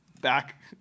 back